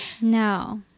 No